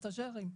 סטז'רים,